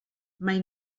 mai